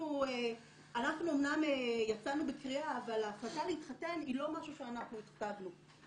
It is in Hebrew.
אנחנו אמנם יצאנו בקריאה אבל ההחלטה להתחתן היא לא משהו שאנחנו הכתבנו.